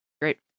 Great